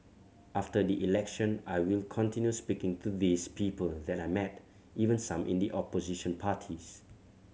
after the election I will continue speaking to these people that I met even some in the opposition parties